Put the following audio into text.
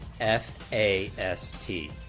F-A-S-T